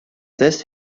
this